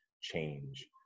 change